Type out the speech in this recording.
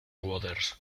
waters